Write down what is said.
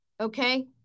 okay